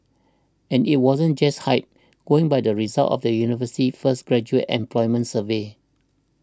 and it wasn't just hype going by the results of the university's first graduate employment survey